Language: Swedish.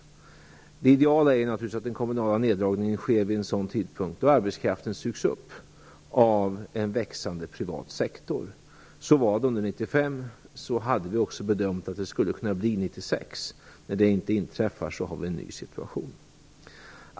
Det ideala är naturligtvis att den kommunala neddragningen sker vid en sådan tidpunkt då arbetskraften sugs upp av en växande privat sektor. Så var det under 1995. Så hade vi också bedömt att det skulle kunna bli 1996. När det inte inträffar har vi en ny situation.